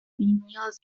بینیاز